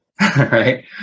right